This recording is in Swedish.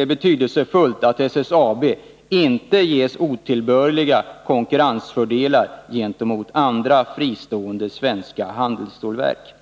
är betydelsefullt att SSAB inte ges otillbörliga konkurrensfördelar gentemot andra fristående svenska handelsstålverk.